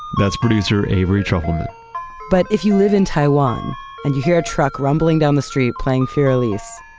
that's producer avery trufelman but if you live in taiwan and you hear a truck rumbling down the street playing fur elise,